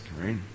right